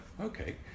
okay